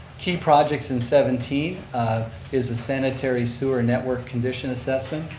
key projects in seventeen is the sanitary sewer network condition assessment.